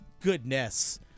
Goodness